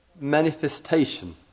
manifestation